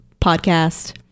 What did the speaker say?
podcast